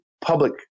public